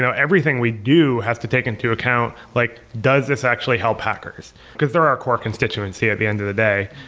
everything we do has to take into account. like does this actually help hackers? because they're our core constituency at the end of the day.